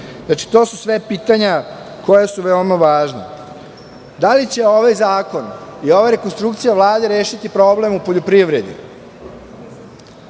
Znači, to su sve pitanja koja su veoma važna. Da li će ovaj zakon i ova rekonstrukcija Vlade rešiti problem u poljoprivredi.